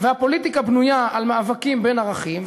והפוליטיקה בנויה על מאבקים בין ערכים.